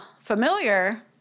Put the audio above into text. familiar